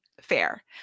fair